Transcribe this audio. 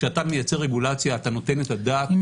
כשאתה מייצר רגולציה אתה נותן את הדעת על כל הערכים -- אם